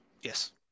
Yes